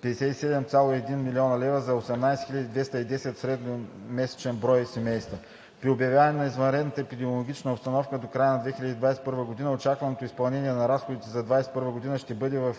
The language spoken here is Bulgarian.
57,1 млн. лв. за 18 210 средномесечен брой семейства. При обявяване на извънредна епидемична обстановка до края на 2021 г. очакваното изпълнение на разходите за 2021 г. ще бъде в